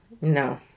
No